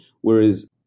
whereas